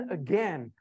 again